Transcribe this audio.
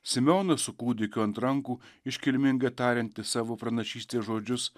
simeonas su kūdikiu ant rankų iškilmingai tariantis savo pranašystės žodžius